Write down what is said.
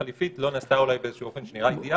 החליפית לא נעשה אולי באיזה שהוא אופן שנראה אידיאלי.